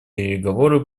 переговоры